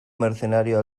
mercenario